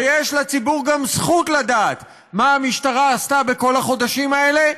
ויש לציבור גם זכות לדעת מה המשטרה עשתה בכל החודשים האלה,